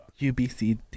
UBC